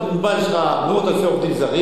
יש לך מאות אלפי עובדים זרים,